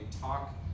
talk